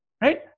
Right